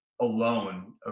alone